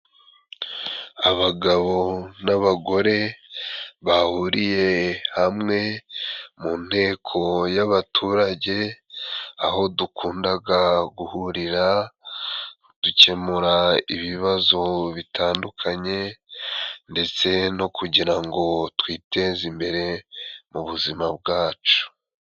Abagabo n'abagore bahuriye hamwe mu nteko y'abaturage，aho dukundaga guhurira， dukemura ibibazo bitandukanye， ndetse no kugira ngo twiteze imbere mu buzima bwacu.